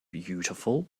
beautiful